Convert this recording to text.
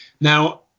Now